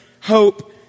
hope